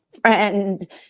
friend